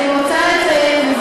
אני רוצה לציין,